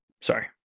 Sorry